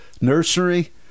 nursery